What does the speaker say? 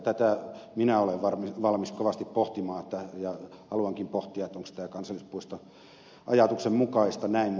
tätä minä olen valmis kovasti pohtimaan ja haluankin pohtia onko tämä kansallispuistoajatuksen mukaista näin